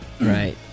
right